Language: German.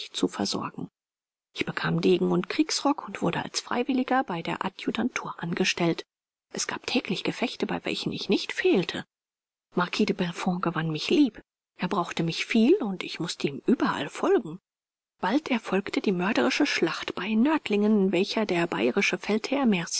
zu versorgen ich bekam degen und kriegsrock und wurde als freiwilliger bei der adjutantur angestellt es gab täglich gefechte bei welchen ich nicht fehlte marquis de bellefonds gewann mich lieb er brauchte mich viel und ich mußte ihm überall folgen bald erfolgte die mörderische schlacht bei nördlingen in welcher der baierische